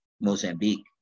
Mozambique